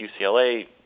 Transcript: UCLA